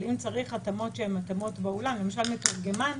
אם צריך התאמות שהן התאמות באולם, למשל מתורגמן,